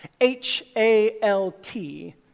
H-A-L-T